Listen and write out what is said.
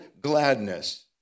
gladness